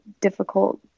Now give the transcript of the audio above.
difficult